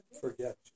Forget